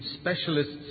specialists